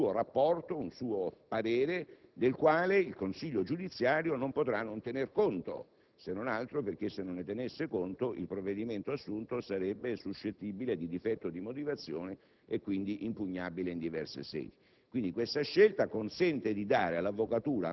al Consiglio superiore della magistratura, un suo parere, del quale il Consiglio giudiziario non potrà non tener conto, se non altro perché se non ne tenesse conto il provvedimento assunto sarebbe suscettibile di difetto di motivazione e quindi impugnabile in diverse sedi.